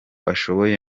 ashoboye